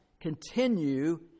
continue